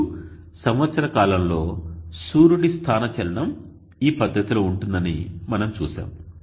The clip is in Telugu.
మరియు సంవత్సర కాలంలో సూర్యుడి స్థాన చలనం ఈ పద్ధతిలో ఉంటుందని మనం చూశాము